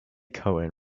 cohen